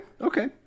okay